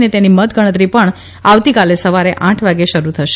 અને તેની મતગણતરી પણ આવતીકાલે સવારે આઠ વાગે શરૂ થશે